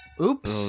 oops